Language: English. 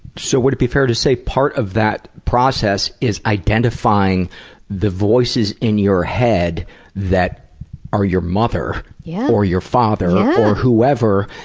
so would it be fair to say part of that process is identifying the voices in your head that are your mother yeah or your father or whoever